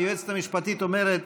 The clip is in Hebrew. היועצת המשפטית אומרת,